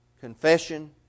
confession